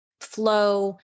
flow